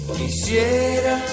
Quisiera